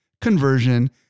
conversion